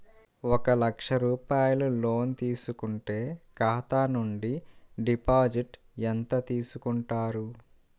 ఒక లక్ష రూపాయలు లోన్ తీసుకుంటే ఖాతా నుండి డిపాజిట్ ఎంత చేసుకుంటారు?